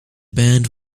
band